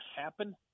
happen